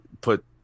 put